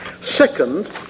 Second